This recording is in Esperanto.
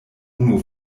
unu